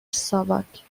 ساواک